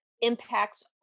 impacts